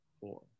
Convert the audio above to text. four